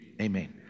Amen